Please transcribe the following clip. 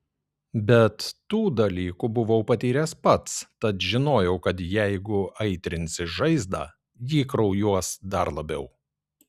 bet tų dalykų buvau patyręs pats tad žinojau kad jeigu aitrinsi žaizdą ji kraujuos dar labiau